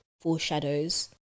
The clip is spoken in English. foreshadows